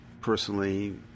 personally